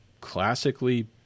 classically